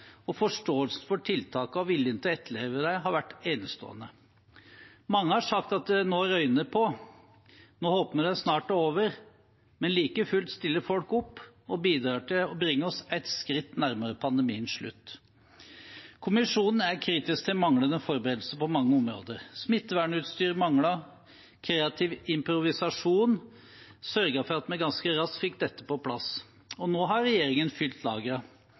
og forståelsen for tiltakene og viljen til å etterleve dem har vært enestående. Mange har sagt at nå røyner det på, nå håper vi det snart er over, men like fullt stiller folk opp og bidrar til å bringe oss ett skritt nærmere pandemiens slutt. Kommisjonen er kritisk til manglende forberedelser på mange områder. Smittevernutstyr manglet, men kreativ improvisasjon sørget for at vi ganske raskt fikk dette på plass, og nå har regjeringen fylt